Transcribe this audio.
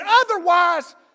otherwise